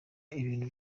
ibintu